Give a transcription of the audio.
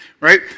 Right